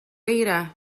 eira